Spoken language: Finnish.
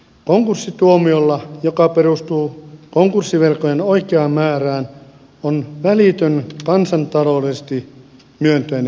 konkurssituomiolla joka perustuu konkurssivelkojen oikeaan määrään on välitön kansantaloudellisesti myönteinen vaikutus